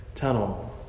tunnel